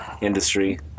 industry